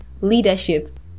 leadership